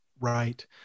Right